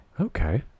Okay